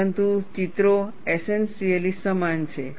પરંતુ ચિત્રો એસેનશીયલી સમાન છે